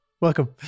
Welcome